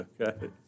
Okay